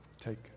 Take